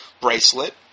bracelet